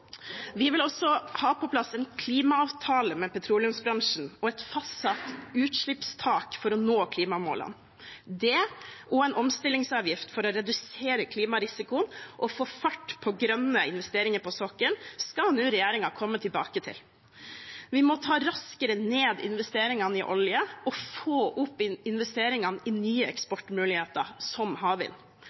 Vi vil også ha på plass en klimaavtale med petroleumsbransjen og et fastsatt utslippstak for å nå klimamålene. Det, og en omstillingsavgift for å redusere klimarisikoen og få fart på grønne investeringer på sokkelen, skal regjeringen nå komme tilbake til. Vi må ta raskere ned investeringene i olje og få opp investeringene i nye eksportmuligheter, som havvind.